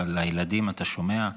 אבל הילדים, אתה שומע,